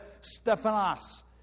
Stephanos